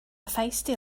feisty